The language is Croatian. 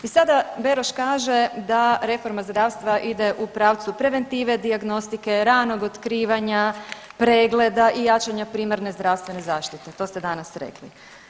I sada Beroš kaže da reforma zdravstva ide u pravcu preventive, dijagnostike, ranog otkrivanja, pregleda i jačanja primarne zdravstvene zaštite, to ste danas rekli.